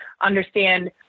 understand